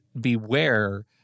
beware